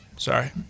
Sorry